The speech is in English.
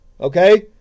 Okay